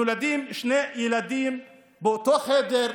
נולדים שני ילדים באותו חדר,